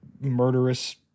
murderous